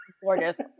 gorgeous